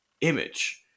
image